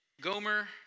Gomer